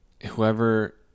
whoever